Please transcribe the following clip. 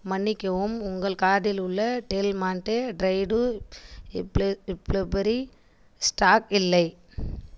மன்னிக்கவும் உங்கள் கார்ட்டில் உள்ள Del Monte dried blueberry stock இல்லை